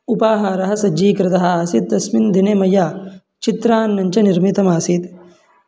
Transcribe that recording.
उपाहारः सज्जीकृतः आसीत् तस्मिन् दिने मया चित्रान्नञ्च निर्मितमासीत्